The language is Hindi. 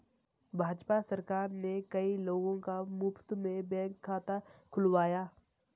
भाजपा सरकार ने कई लोगों का मुफ्त में बैंक खाता खुलवाया